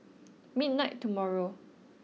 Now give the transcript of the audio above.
midnight tomorrow